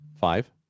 five